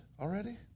already